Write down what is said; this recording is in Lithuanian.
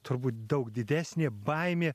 turbūt daug didesnė baimė